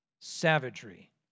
savagery